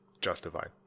justified